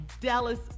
Dallas